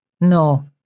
No